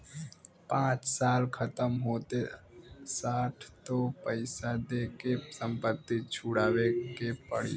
पाँच साल खतम होते साठ तो पइसा दे के संपत्ति छुड़ावे के पड़ी